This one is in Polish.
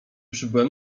przybyłem